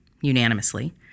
unanimously